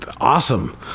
awesome